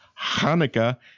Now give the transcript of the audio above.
Hanukkah